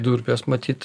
durpės matyt